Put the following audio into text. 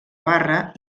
barra